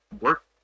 work